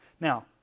Now